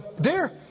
dear